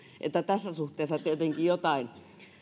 eli tässä suhteessa tietenkin jotain